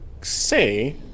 say